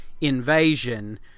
invasion